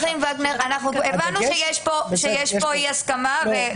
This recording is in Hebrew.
הבנו שיש כאן אי הסכמה.